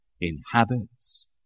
inhabits